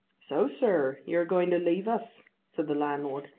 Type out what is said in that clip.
so, sir, you are going to leave us, said the landlord,